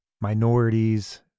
minorities